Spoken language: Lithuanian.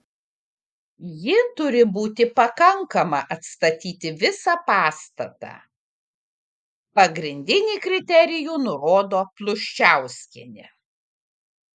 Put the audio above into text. ji turi būti pakankama atstatyti visą pastatą pagrindinį kriterijų nurodo pluščauskienė